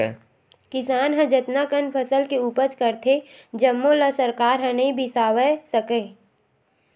किसान ह जतना कन फसल के उपज करथे जम्मो ल सरकार ह नइ बिसावय सके